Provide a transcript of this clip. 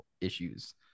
issues